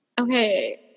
Okay